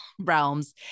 realms